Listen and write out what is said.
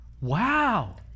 Wow